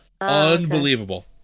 Unbelievable